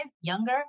younger